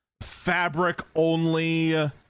fabric-only